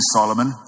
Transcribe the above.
Solomon